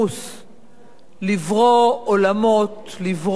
לברוא עולמות, לברוא דמויות,